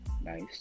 nice